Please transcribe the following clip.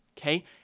Okay